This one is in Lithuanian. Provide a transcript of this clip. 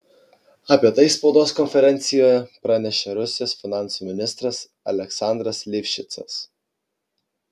apie tai spaudos konferencijoje pranešė rusijos finansų ministras aleksandras livšicas